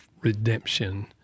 redemption